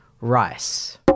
Rice